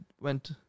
went